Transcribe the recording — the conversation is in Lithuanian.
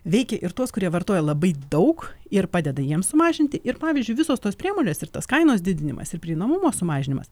veikė ir tuos kurie vartoja labai daug ir padeda jiems sumažinti ir pavyzdžiui visos tos priemonės ir tas kainos didinimas ir prieinamumo sumažinimas